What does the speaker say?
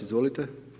Izvolite.